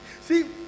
see